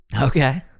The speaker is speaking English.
Okay